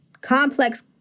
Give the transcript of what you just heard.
complex